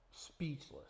speechless